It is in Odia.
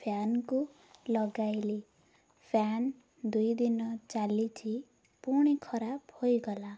ଫ୍ୟାନ୍କୁ ଲଗାଇଲି ଫ୍ୟାାନ୍ ଦୁଇ ଦିନ ଚାଲିଛି ପୁଣି ଖରାପ ହୋଇଗଲା